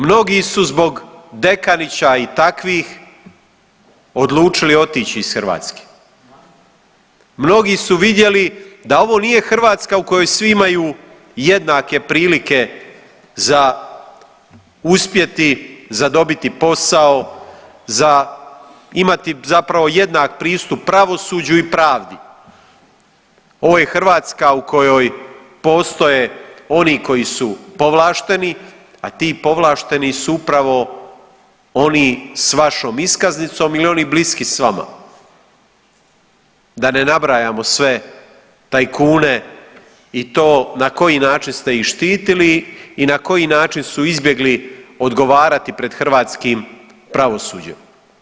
Mnogi su zbog Dekanića i takvih odlučili otić iz Hrvatske, mnogi su vidjeli da ovo nije Hrvatska u kojoj svi imaju jednake prilike za uspjeti za dobiti posao, za imati jednak pristup pravosuđu i pravdi, ovo je Hrvatska u kojoj postoje oni koji su povlašteni, a ti povlašteni su upravo oni sa vašom iskaznicom ili oni bliski s vama, da ne nabrajamo sve tajkune i to na koji način ste ih štitili i na koji način su izbjegli odgovarati pred hrvatskim pravosuđem.